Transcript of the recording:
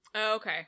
Okay